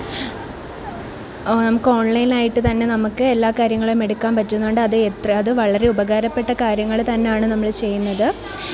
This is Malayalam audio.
നമ്മൾക്ക് ഓണ്ലൈൻ ആയിട്ട് തന്നെ നമ്മൾക്ക് എല്ലാ കാര്യങ്ങളുമെടുക്കാന് പറ്റുന്നുണ്ട് അതു എത്ര അത് വളരെ ഉപകാരപ്പെട്ട കാര്യങ്ങൾ തന്നെയാണ് നമ്മൾ ചെയ്യുന്നത്